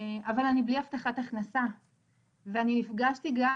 אבל אני בלי הבטחת הכנסה ואני נפגשתי גם